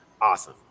awesome